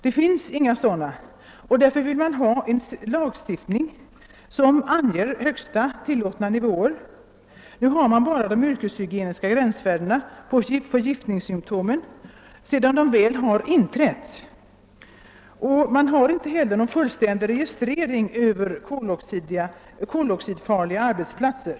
Det finns inga sådana, och därför vill man ha till stånd en lagstiftning som anger högsta tillåtna nivåer och inte bara de yrkeshygieniska gränsvärdena för förgiftningssymtom sedan dessa väl har infunnit sig. Det förekommer inte heller någon fullständig registrering av koloxidfarliga arbetsplatser.